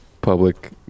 public